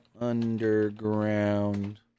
Underground